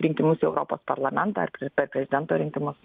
rinkimus į europos parlamentą ar pr per prezidento rinkimus